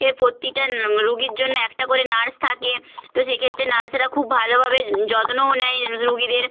এ প্রতিটা রোগীর জন্য একটা করে নার্স থাকে তো সেক্ষেত্রে নার্সেরা খুব ভালোভাবে যত্নও নেয় রোগীদের